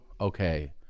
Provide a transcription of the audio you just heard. okay